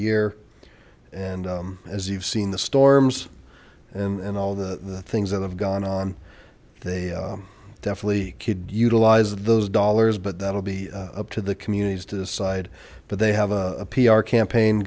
year and as you've seen the storms and and all the things that have gone on they definitely could utilize those dollars but that'll be up to the communities to decide but they have a pr campaign